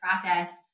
process